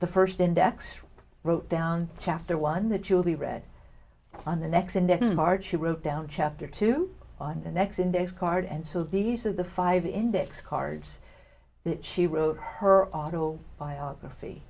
the first index wrote down chapter one the julie read on the next and then march she wrote down chapter two on the next index card and so these are the five index cards that she wrote her auto biography